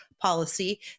policy